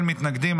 אין מתנגדים.